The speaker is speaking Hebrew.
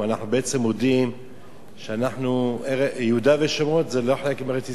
אנחנו בעצם מודים שיהודה ושומרון זה לא חלק מארץ-ישראל.